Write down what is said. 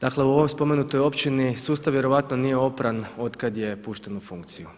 dakle u ovoj spomenutoj općini sustav vjerojatno nije opran otkada je pušten u funkciju.